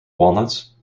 walnuts